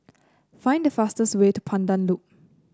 find the fastest way to Pandan Loop